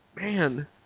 Man